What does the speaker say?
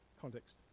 context